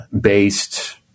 based